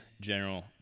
general